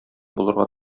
булырга